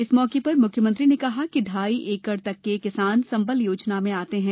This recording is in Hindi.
इस मौके पर मुख्यमंत्री ने कहा कि ढाई एकड़ तक के किसान संबल योजना में आते है